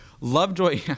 Lovejoy